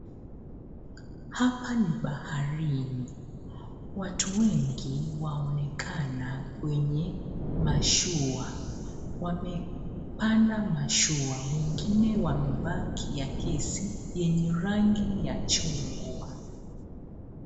Hapa ni baharini. Watu wengi waonekana wenye mashua. Wamepanda mashua wengine wamevaa kiakisi yenye rangi ya chungwa.